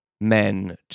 men